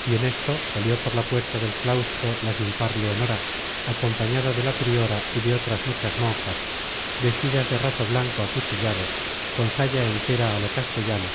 y en esto salió por la puerta del claustro la sin par leonora acompañada de la priora y de otras muchas monjas vestida de raso blanco acuchillado con saya entera á lo castellano